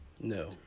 No